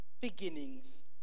Beginnings